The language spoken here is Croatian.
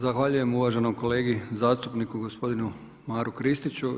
Zahvaljujem uvaženom kolegi zastupniku gospodinu Maru Kristiću.